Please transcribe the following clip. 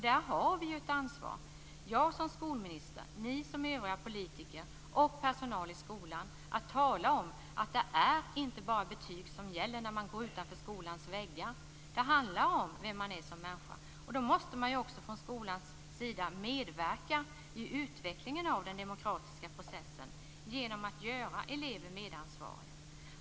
Där har vi - jag som skolminister och ni som övriga politiker men också personalen i skolan - ett ansvar att tala om att det inte bara är betygen som gäller när man går utanför skolans väggar, utan det handlar också om vem man är som människa. Då måste man också från skolans sida medverka i utvecklingen av den demokratiska processen genom att göra eleven medansvarig.